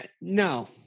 No